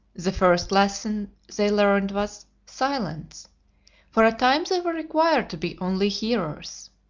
the first lesson they learned was silence for a time they were required to be only hearers.